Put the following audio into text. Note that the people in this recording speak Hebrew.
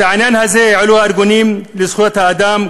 את העניין הזה העלו הארגונים לזכויות האדם,